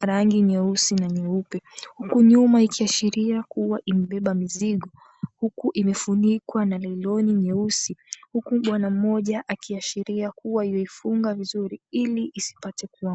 rangi nyeusi na nyeupe, huku nyuma ikiashiria kuwa imebeba mizigo huku imefunikwa na niloni nyeusi. Huku bwana mmoja akiashiria kuwa yuaifunga vizuri ili isipate kuanguka.